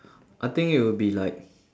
I think it will be like